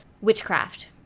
witchcraft